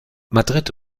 madrid